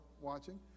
watching